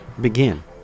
begin